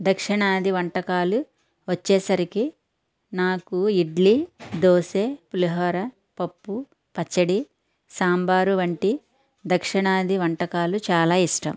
దక్షిణాది వంటకాలు వచ్చేసరికి నాకు ఇడ్లీ దోశ పులిహోర పప్పు పచ్చడి సాంబారు వంటి దక్షిణాది వంటకాలు చాలా ఇష్టం